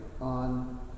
on